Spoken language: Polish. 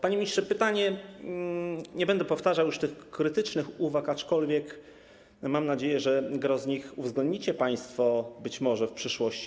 Panie ministrze, nie będę powtarzał już krytycznych uwag, aczkolwiek mam nadzieję, że gros z nich uwzględnicie państwo być może w przyszłości.